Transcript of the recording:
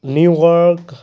New York